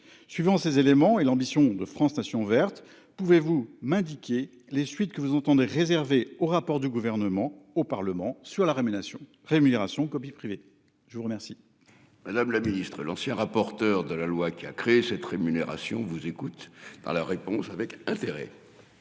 suivant ces éléments et l'ambition de France station verte. Pouvez-vous m'indiquer les suites que vous entendez réservé au rapport du gouvernement au Parlement sur la révélation rémunération copie privée je vous remercie. Madame la Ministre, l'ancien rapporteur de la loi qui a créé cette rémunération vous écoute dans la réponse avec intérêt.